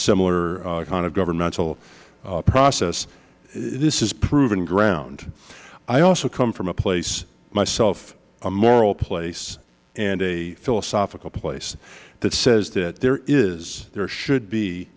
similar kind of governmental process this is proven ground i also come from a place myself moral place and a philosophical place that says that there is there should be